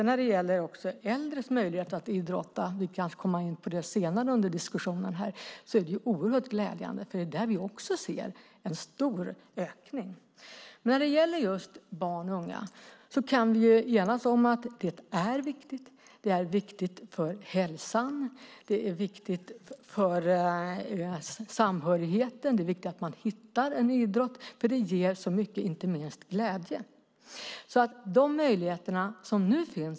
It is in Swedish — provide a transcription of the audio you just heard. När det sedan gäller äldres möjligheter att idrotta - vi kan komma in på det senare under diskussionen - är det oerhört glädjande att vi ser en stor ökning. När det gäller just barn och unga kan vi enas om att det är viktigt. Det är viktigt för hälsan och för samhörigheten. Det är viktigt att man hittar en idrott, för det ger så mycket, inte minst glädje.